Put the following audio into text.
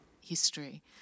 history